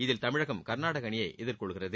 இதில் தமிழகம் கர்நாடக அணியை எதிர்கொள்கிறது